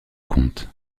comte